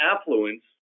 affluence